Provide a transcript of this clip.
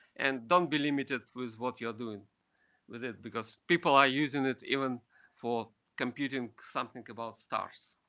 and don't be limited with what you're doing with it, because people are using it even for computing something about stars.